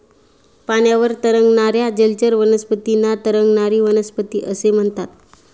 पाण्यावर तरंगणाऱ्या जलचर वनस्पतींना तरंगणारी वनस्पती असे म्हणतात